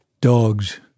dogs